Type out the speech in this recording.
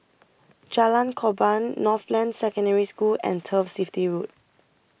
Jalan Korban Northland Secondary School and Turf City Road